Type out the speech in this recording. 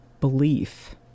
belief